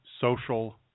Social